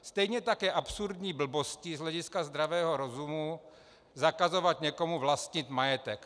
Stejně tak je absurdní blbostí z hlediska zdravého rozumu zakazovat někomu vlastnit majetek.